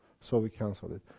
so we cancelled it.